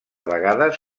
vegades